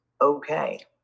okay